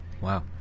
Wow